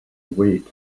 wait